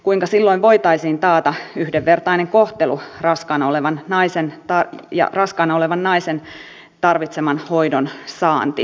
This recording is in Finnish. kuinka silloin voitaisiin taata yhdenvertainen kohtelu ja raskaana olevan naisen tarvitseman hoidon saanti